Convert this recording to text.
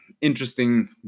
interesting